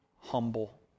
humble